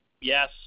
Yes